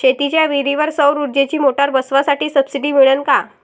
शेतीच्या विहीरीवर सौर ऊर्जेची मोटार बसवासाठी सबसीडी मिळन का?